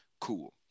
Cool